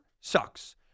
sucks